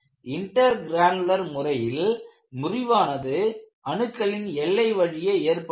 intergranular முறையில் முறிவானது அணுக்களின் எல்லை வழியே ஏற்படுகிறது